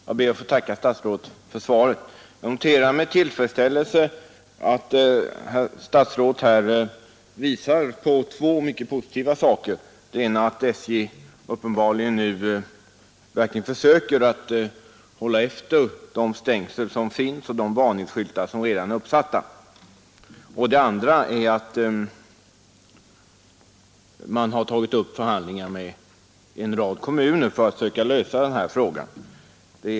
Herr talman! Jag ber att få tacka statsrådet för svaret. Jag noterar med tillfredsställelse att statsrådet här visar på två mycket positiva saker. Den ena är att SJ uppenbarligen nu verkligen försöker se efter de stängsel som finns och de varningsskyltar som redan är uppsatta. Den andra är meddelandet att man upptagit förhandlingar med en rad kommuner för att söka lösa denna fråga.